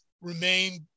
remain